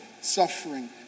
suffering